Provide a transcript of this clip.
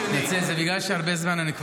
אני ההומו השני.